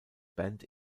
band